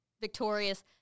victorious